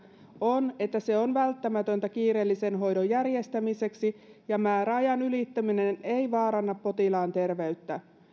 on että se on välttämätöntä kiireellisen hoidon järjestämiseksi ja määräajan ylittäminen ei vaaranna potilaan terveyttä